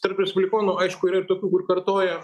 tarp respublikonų aišku yra ir tokių kur kartoja